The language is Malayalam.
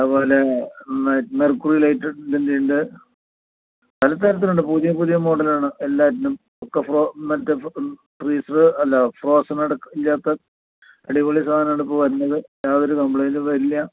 അതുപോല തന്നെ മെ മെർക്കുറി ലൈറ്റ് ഇതിൻറെയുണ്ട് പല തരത്തിലുണ്ട് പുതിയ പുതിയ മോഡലാണ് എല്ലാറ്റിനും ഒക്കെ ഫ്രോ മറ്റേ ഫ്രീസറ് അല്ല ഫ്രോസൺ അടക്കം ചേർത്ത് അടിപൊളി സാധനം ആണിപ്പോൾ വരുന്നത് യാതൊരു കംപ്ളേയിന്റും വരില്ല